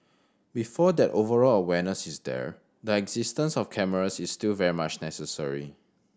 before that overall awareness is there the existence of cameras is still very much necessary